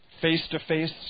face-to-face